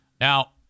Now